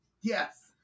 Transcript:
Yes